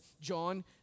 John